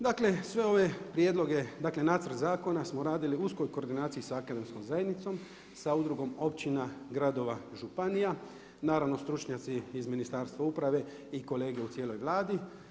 Dakle, sve ove prijedloge, dakle nacrt zakona, smo radili u uskoj koordinaciji sa akademskom zajednicom, sa udrugom općina, gradova, županija, naravno stručnjaci iz Ministarstva uprave i kolege u cijeloj Vladi.